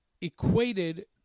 equated